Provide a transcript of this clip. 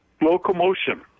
locomotion